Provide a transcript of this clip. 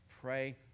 pray